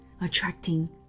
attracting